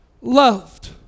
loved